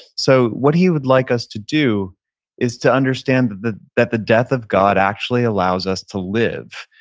so, what he would like us to do is to understand that the that the death of god actually allows us to live,